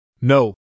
No